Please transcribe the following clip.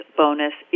bonus